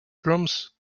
drums